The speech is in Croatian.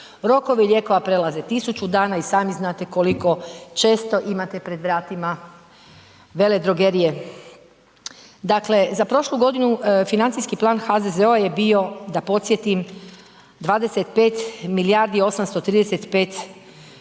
Rokovi lijekova prelaze 1000 dana, i sami znate koliko često imate pred vratima veledrogerije. Dakle za prošlu godinu financijski plan HZZO-a je bio da podsjetim, 25 milijardi 835 milijuna